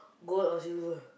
gold or silver